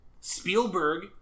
Spielberg